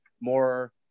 more